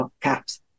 caps